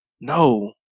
No